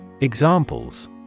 Examples